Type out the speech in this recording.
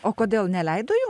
o kodėl neleido jum